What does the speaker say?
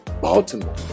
Baltimore